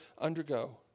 undergo